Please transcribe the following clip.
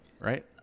right